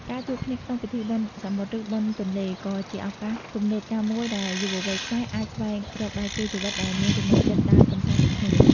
ការជួបគ្នាក្នុងពិធីបុណ្យសមុទ្រ ឬបុណ្យទន្លេ ក៏ជាឱកាសទំនើបកម្មមួយដែលយុវវ័យខ្មែរអាចស្វែងរកដៃគូជីវិតដែលមានចំណូលចិត្តដើរកម្សាន្តដូចគ្នា។